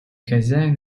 хозяин